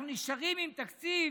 אנחנו נשארים עם תקציב